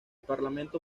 parlamento